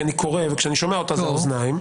כי כשאני קורא וכשאני שומע אותה זה האוזניים,